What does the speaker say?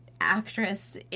actress